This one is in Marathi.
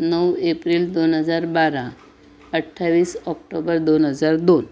नऊ एप्रिल दोन हजार बारा अठ्ठावीस ऑक्टोबर दोन हजार दोन